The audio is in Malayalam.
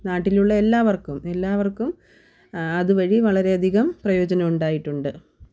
നാട്ടിലുള്ള എല്ലാവർക്കും എല്ലാവർക്കും അതുവഴി വളരെയധികം പ്രയോജനം ഉണ്ടായിട്ടുണ്ട്